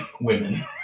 women